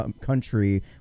country